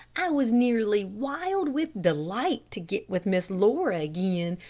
i was nearly wild with delight to get with miss laura again,